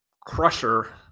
crusher